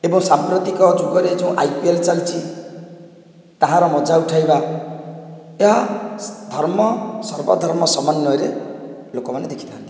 ଏବଂ ସାମ୍ପ୍ରତିକ ଯୁଗରେ ଯେଉଁ ଆଇପିଏଲ ଚାଲିଛି ତାହାର ମଜା ଉଠାଇବା ଏହା ଧର୍ମ ସର୍ବ ଧର୍ମ ସମନ୍ଵୟରେ ଲୋକମାନେ ଦେଖିଥାନ୍ତି